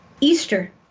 Easter